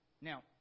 Now